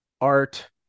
art